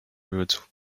wrote